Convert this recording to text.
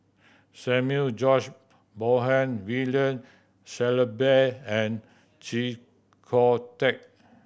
Samuel George Bonham William Shellabear and Chee Kong Tet